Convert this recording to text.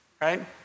right